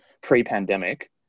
pre-pandemic